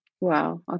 Wow